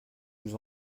nous